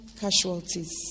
casualties